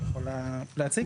היא יכולה להציג,